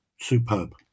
Superb